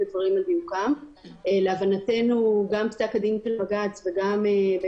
של שלושה חודשים נוספים מתוך מחשבה שיהיה כלי אפקטיבי